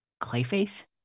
Clayface